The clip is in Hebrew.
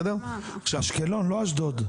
אשקלון לא אשדוד.